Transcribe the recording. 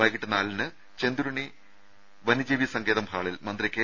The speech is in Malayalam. വൈകിട്ട് നാലിന് ചെന്തുരിണി വന്യജീവി സങ്കേതം ഹാളിൽ മന്ത്രി കെ